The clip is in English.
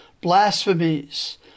blasphemies